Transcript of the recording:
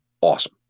awesome